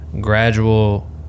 gradual